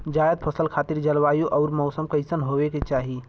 जायद फसल खातिर जलवायु अउर मौसम कइसन होवे के चाही?